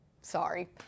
Sorry